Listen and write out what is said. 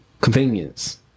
Convenience